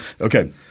Okay